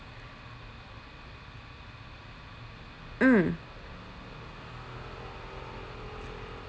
mm